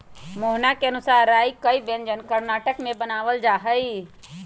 मोहना के अनुसार राई के कई व्यंजन कर्नाटक में बनावल जाहई